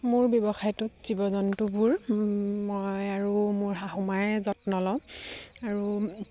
মোৰ ব্যৱসায়টোত জীৱ জন্তুবোৰ মই আৰু মোৰ শাহুমায়ে যত্ন লওঁ আৰু